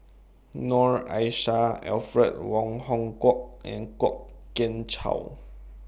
Noor Aishah Alfred Wong Hong Kwok and Kwok Kian Chow